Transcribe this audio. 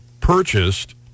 purchased